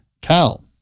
Cal